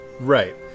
Right